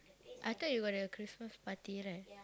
I thought you got the Christmas party right